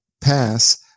pass